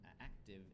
active